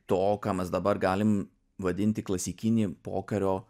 to ką mes dabar galim vadinti klasikinį pokario